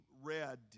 read